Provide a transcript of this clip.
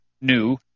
new